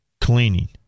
Cleaning